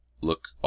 look